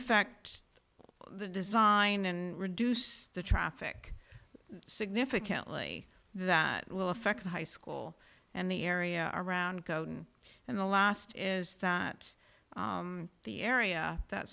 affect the design and reduce the traffic significantly that will affect the high school and the area around and the last is that the area that